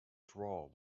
draw